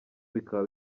bikaba